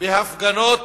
בהפגנות